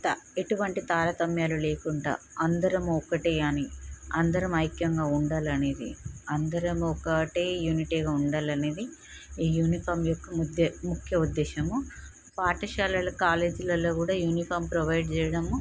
తా ఎటువంటి తారతమ్యాలు లేకుండా అందరం ఒక్కటే అని అందరం ఐక్యంగా ఉండాలి అనేది అందరమూ ఒకటే యూనిటీగా ఉండాలి అనేది ఈ యూనిఫామ్ యొక్క ముద్దె ముఖ్య ఉద్దేశము పాఠశాలలు కాలేజీలలో కూడా యూనిఫామ్ ప్రొవైడ్ చేయడము